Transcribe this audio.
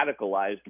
radicalized